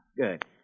Good